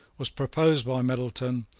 was proposed by middleton,